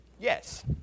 Yes